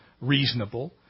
reasonable